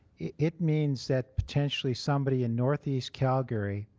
it means that potentially somebody in northeast calgary